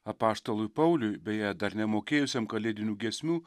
apaštalui pauliui beje dar nemokėjusiam kalėdinių giesmių